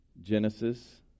Genesis